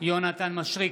יונתן מישרקי,